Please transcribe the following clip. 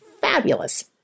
fabulous